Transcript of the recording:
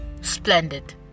splendid